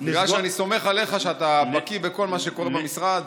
בגלל שאני סומך עליך שאתה בקיא בכל מה שקורה במשרד.